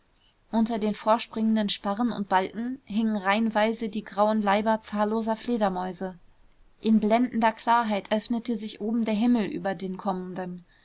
unter den vorspringenden sparren und balken hingen reihenweise die grauen leiber zahlloser fledermäuse in blendender klarheit öffnete sich oben der himmel über den kommenden